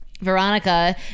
Veronica